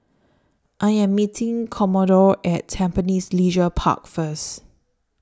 I Am meeting Commodore At Tampines Leisure Park First